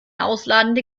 ausladende